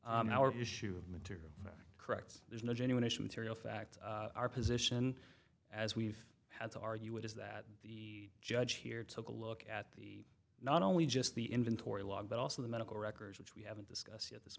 fact issue of material fact corrects there's no genuine issue material fact our position as we've had to argue it is that the judge here took a look at the not only just the inventory log but also the medical records which we haven't discussed yet this